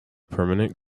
permanent